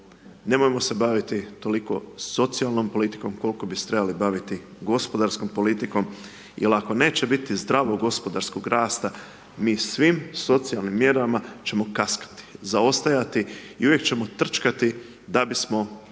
nemojmo se baviti toliko socijalnom politikom koliko bi se trebali baviti gospodarskom politikom jel ako neće biti zdravog gospodarskog rasta, mi svim socijalnim mjerama ćemo kaskati, zaostajati i uvijek ćemo trčkati da bismo